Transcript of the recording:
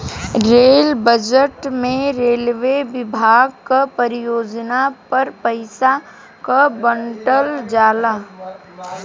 rail budget में railway विभाग क परियोजना पर पइसा क बांटल जाला